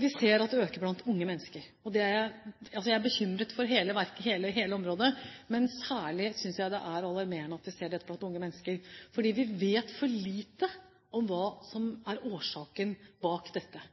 Vi ser at det øker blant unge mennesker. Jeg er bekymret for hele området, men særlig synes jeg det er alarmerende at vi ser dette blant unge mennesker. Vi vet for lite om hva som er årsaken til dette.